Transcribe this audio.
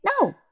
No